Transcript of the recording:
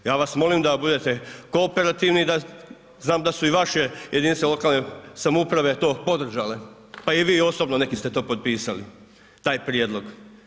Ja vas molim da budete kooperativni, znam da su i vaše jedinice lokalne samouprave to podržane, pa i vi osobno neki ste to potpisali taj prijedlog.